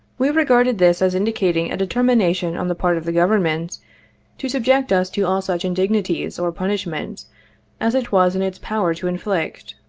we regarded this as indicating a determination on the part of the government to subject us to all such in dignities or punishment as it was in its power to inflict.